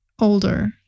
older